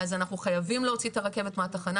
אז אנחנו חייבים להוציא את הרכבת מהתחנה